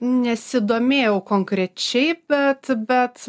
nesidomėjau konkrečiai bet bet